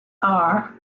are